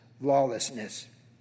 lawlessness